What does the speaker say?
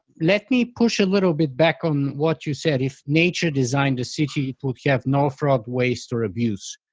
let me push a little bit back on what you said, if nature designed a city, we'd have no fraud, waste or abuse.